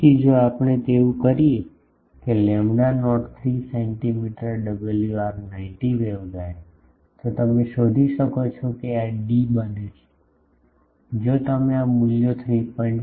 ફરીથી જો આપણે તેવું કરીએ કે lambda naught 3 centimetre WR 90 waveguide તો તમે શોધી શકો છો કે આ ડી બને છે જો તમે આ મૂલ્યો 3